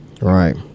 Right